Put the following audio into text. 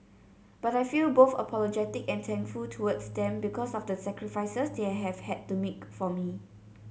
but I feel both apologetic and thankful towards them because of the sacrifices they have had to make for me